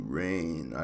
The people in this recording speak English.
rain